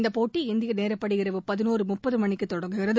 இந்தப் போட்டி இந்திய நேரப்படி இரவு பதினொன்றரை மணிக்கு தொடங்குகிறது